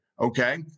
okay